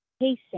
patient